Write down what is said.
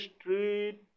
street